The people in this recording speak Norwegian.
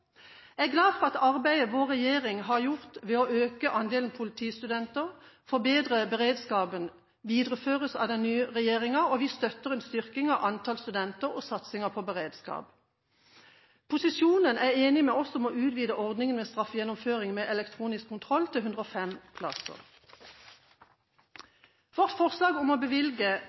Jeg er glad for at arbeidet vår regjering har gjort når det gjelder å øke andelen politistudenter og forbedre beredskapen, videreføres av den nye regjeringen. Vi støtter en styrking av antall studenter og satsingen på beredskap. Posisjonen er enig med oss om å utvide ordningen med straffegjennomføring med elektronisk kontroll til 105 plasser. Vårt forslag om å bevilge